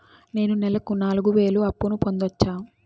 నేను నెలకు నాలుగు వేలు అప్పును పొందొచ్చా?